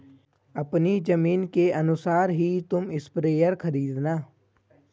अपनी जमीन के अनुसार ही तुम स्प्रेयर खरीदना